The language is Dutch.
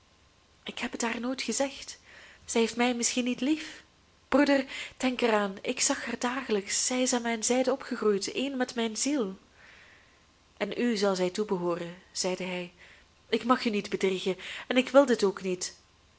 ik heb het haar nooit gezegd zij heeft mij misschien niet lief broeder denk er aan ik zag haar dagelijks zij is aan mijn zijde opgegroeid één met mijn ziel en u zal zij toebehooren zeide hij ik mag u niet bedriegen en ik wil dit ook niet